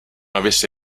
avesse